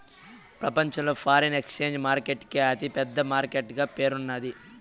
ప్రపంచంలో foreign exchange market కి అతి పెద్ద మార్కెట్ గా పేరున్నాది